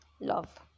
love